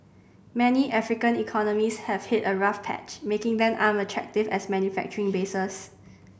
many African economies have hit a rough patch making them unattractive as manufacturing bases